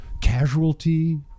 casualty